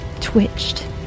twitched